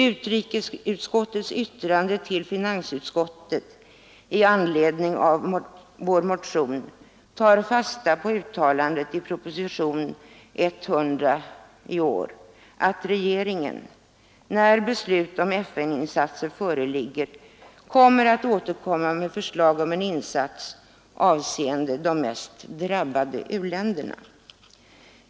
Utrikesutskottets yttrande till finansutskottet i anledning av vår motion tar fasta på uttalandet i propositionen 100 i år att regeringen, när beslut om FN-insatser föreligger, kommer att återkomma med förslag om en insats, avseende de mest drabbade u-länderna.